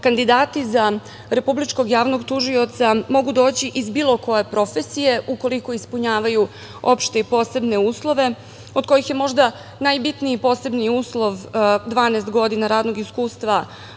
kandidati za Republičkog javnog tužioca mogu doći iz bilo koje profesije ukoliko ispunjavaju opšte i posebne uslove, od kojih je možda najbitniji posebni uslov dvanaest godina radnog iskustva